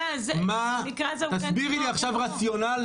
תסבירי לי עכשיו רציונל,